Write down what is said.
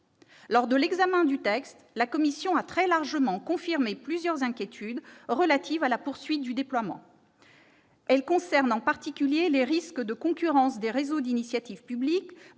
Lors de l'examen du texte, la commission a très largement confirmé plusieurs inquiétudes relatives à la poursuite du déploiement. Celles-ci concernent en particulier les risques de concurrence des réseaux d'initiative publique